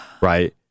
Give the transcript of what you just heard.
right